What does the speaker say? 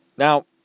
Now